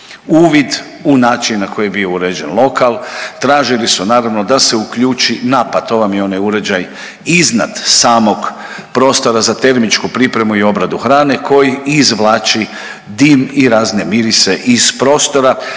uvid u način na koji je bio uređen lokal tražili su naravno da se uključi napa, to vam je onaj uređaj iznad samog prostora za termičku pripremu i obradu hrane koji izvlači dim i razne mirise iz prostora